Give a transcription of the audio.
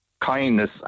kindness